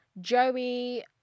Joey